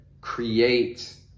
create